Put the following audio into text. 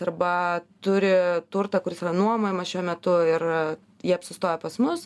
arba turi turtą kuris yra nuomojamas šiuo metu ir jie apsistoja pas mus